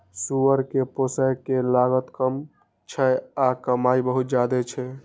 सुअर कें पोसय के लागत कम छै आ कमाइ बहुत ज्यादा छै